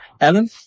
Alan